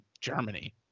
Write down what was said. Germany